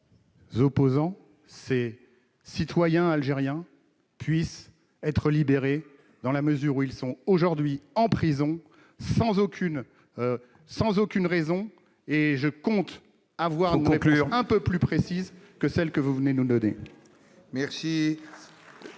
ces opposants, ces citoyens algériens, puissent être libérés ? Ils sont aujourd'hui en prison sans aucune raison. Il faut conclure ! Je compte recevoir une réponse un peu plus précise que celle que vous venez de nous donner.